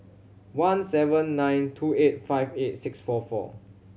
one seven nine two eight five eight six four four